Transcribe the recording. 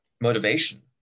motivation